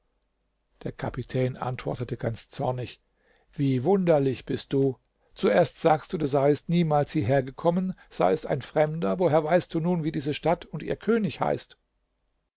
der kapitän antwortete ganz zornig wie wunderlich bist du zuerst sagst du du seiest niemals hierher gekommen seiest ein fremder woher weißt du nun wie diese stadt und ihr könig heißt